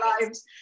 lives